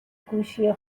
گوشی